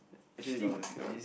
actually now lets think about it